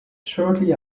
shortly